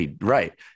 Right